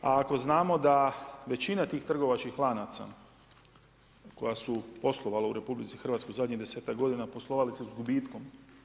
A ako znamo da većina tih trgovačkih lanaca, koja su poslovala u RH u zadnjih 10-tak g. poslovali su s gubitkom.